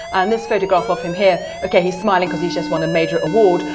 and this photograph of him here, ok he's smiling because he's just won a major award,